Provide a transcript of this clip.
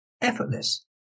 effortless